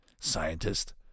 scientist